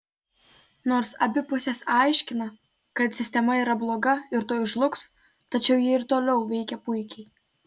nors abi pusės aiškina kad sistema yra bloga ir tuoj žlugs tačiau ji ir toliau veikia puikiai